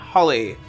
Holly